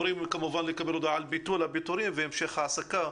לקבל הודעה על ביטול הפיטורין והמשך העסקה